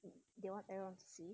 they want everyone to see